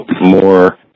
more